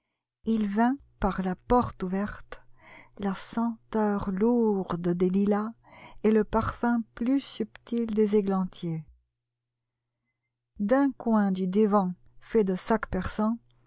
il vint par la porte ouverte la senteur lourde des lilas et le parfum plus subtil des églantiers d'un coin du divan fait de sacs persans